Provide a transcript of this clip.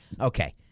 Okay